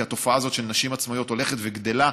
כי התופעה הזו של נשים עצמאיות הולכת וגדלה.